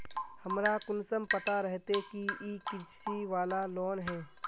हमरा कुंसम पता रहते की इ कृषि वाला लोन है?